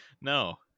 No